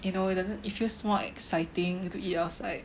you know it doesn't it feels more exciting to eat outside